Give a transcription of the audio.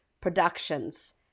Productions